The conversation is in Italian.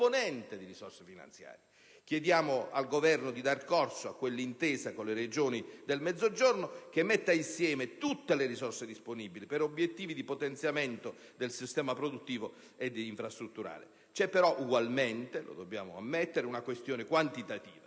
Chiediamo al Governo di dare corso a quella intesa con le Regioni del Mezzogiorno che metta insieme tutte le risorse disponibili per obiettivi di potenziamento del sistema produttivo e infrastrutturale. C'è però ugualmente - lo dobbiamo ammettere - una questione quantitativa.